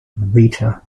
vita